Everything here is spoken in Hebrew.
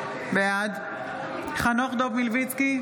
בעד חנוך דב מלביצקי,